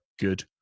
good